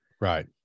Right